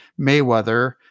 Mayweather